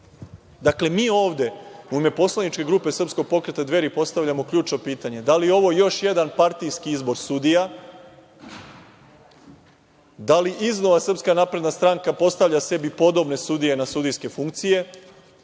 vodi“.Dakle, mi ovde, u ime Poslaničke grupe Srpskog pokreta Dveri, postavljamo ključno pitanje - da li je ovo još jedan partijski izbor sudija? Da li iznova Srpska napredna stranka postavlja sebi podobne sudije na sudijske funkcije?